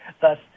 Thus